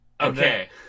Okay